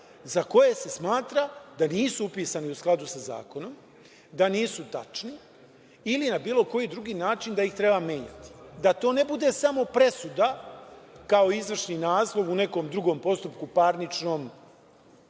za koje se smatra da nisu upisani u skladu sa zakonom, da nisu tačni ili na bilo koji drugi način da ih treba menjati. Da to ne bude samo presuda kao izvršni naslov u nekom drugom postupku parničnom,